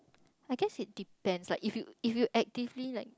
I guess it depends right if you if you actively like